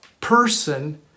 person